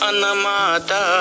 Anamata